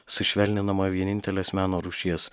sušvelninama vienintelės meno rūšies